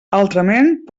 altrament